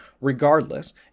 regardless